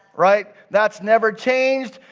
right? that's never changed.